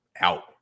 out